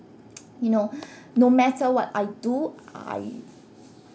you know no matter what I do I